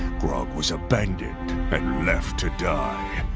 grog was abandoned and left to die,